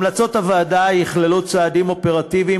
המלצות הוועדה יכללו צעדים אופרטיביים